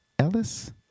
Ellis